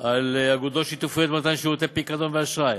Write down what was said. ועל אגודות שיתופיות למתן שירותי פיקדון ואשראי.